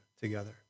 together